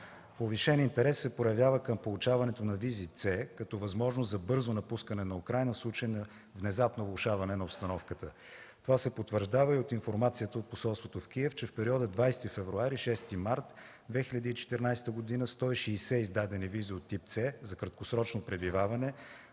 Повишен интерес се проявява към получаването на визи „С”, като възможност за бързо напускане на Украйна в случай на внезапно влошаване на обстановката. Това се потвърждава и от информацията от посолството в Киев, че в периода 20 февруари – 6 март 2014 г., има издадени 160 визи от тип „С” – за краткосрочно пребиваване,